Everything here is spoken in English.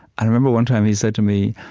i remember one time he said to me,